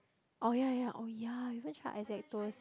oh ya ya oh ya you haven't tried Isaac Toast